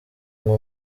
ngo